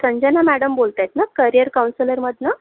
Sanjana madam बोलत आहेत ना करिअर कौन्सिलरमधनं